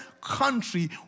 country